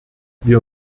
wir